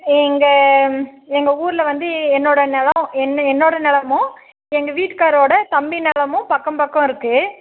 எங்கள் எங்கள் ஊரில் வந்து என்னோட நிலம் என் என்னோட நிலமும் எங்கள் வீட்டுக்காரரோட தம்பி நிலமும் பக்கம் பக்கம் இருக்குது